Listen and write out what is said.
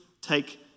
take